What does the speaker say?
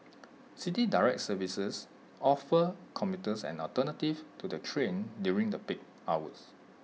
City Direct services offer commuters an alternative to the train during the peak hours